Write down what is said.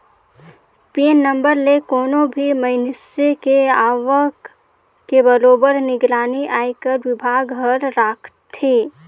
PAN number ले कोनो भी मइनसे के आवक के बरोबर निगरानी आयकर विभाग हर राखथे